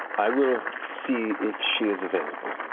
i will see if she is available.